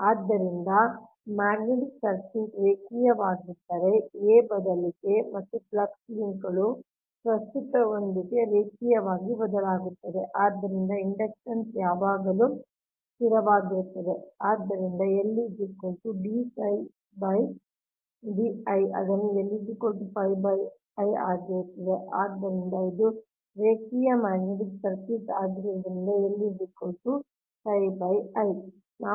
ಆದ್ದರಿಂದ magnetic circuit ರೇಖೀಯವಾಗಿದ್ದರೆ a ಬದಲಿಗೆ ಮತ್ತು ಫ್ಲಕ್ಸ್ ಲಿಂಕ್ಗಳು ಪ್ರಸ್ತುತದೊಂದಿಗೆ ರೇಖೀಯವಾಗಿ ಬದಲಾಗುತ್ತವೆ ಆದ್ದರಿಂದ ಇಂಡಕ್ಟನ್ಸ್ ಯಾವಾಗಲೂ ಸ್ಥಿರವಾಗಿರುತ್ತದೆ ಆದ್ದರಿಂದ ಅದನ್ನು ಆಗಿರುತ್ತದೆ ಆದ್ದರಿಂದ ಇದು ರೇಖೀಯ ಮ್ಯಾಗ್ನೆಟಿಕ್ ಸರ್ಕ್ಯೂಟ್ ಆಗಿರುವುದರಿಂದ